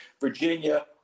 virginia